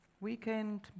weekend